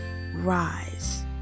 rise